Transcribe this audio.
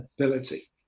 ability